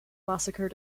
massacre